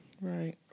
Right